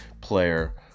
player